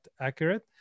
accurate